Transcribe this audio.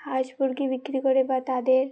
হাঁস মুরগি বিক্রি করে বা তাদের